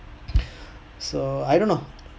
so I don't know